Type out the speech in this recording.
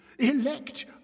Elect